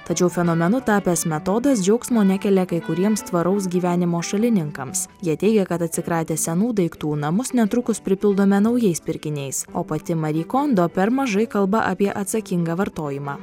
tačiau fenomenu tapęs metodas džiaugsmo nekelia kai kuriems tvaraus gyvenimo šalininkams jie teigia kad atsikratę senų daiktų namus netrukus pripildome naujais pirkiniais o pati mari kondo per mažai kalba apie atsakingą vartojimą